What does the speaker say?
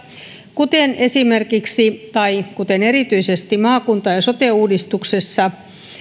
kuten esimerkiksi tai kuten erityisesti maakunta ja sote uudistuksessa